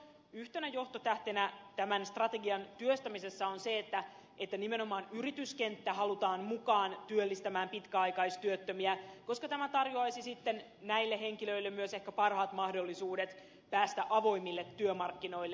yhtenä johtotähtenä tämän strategian työstämisessä on se että nimenomaan yrityskenttä halutaan mukaan työllistämään pitkäaikaistyöttömiä koska tämä tarjoaisi sitten näille henkilöille myös ehkä parhaat mahdollisuudet päästä avoimille työmarkkinoille